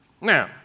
now